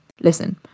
Listen